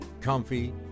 comfy